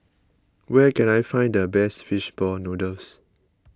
where can I find the best Fish Ball Noodles